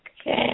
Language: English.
Okay